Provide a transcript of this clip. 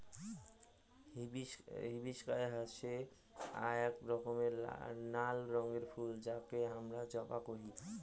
hibiscus হসে আক রকমের নাল রঙের ফুল যাকে হামরা জবা কোহি